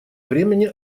времени